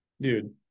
dude